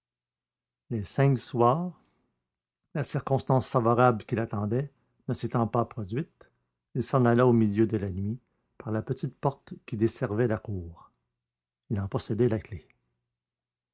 les cinq soirs la circonstance favorable qu'il attendait ne s'étant pas produite il s'en alla au milieu de la nuit par la petite porte qui desservait la cour il en possédait une clef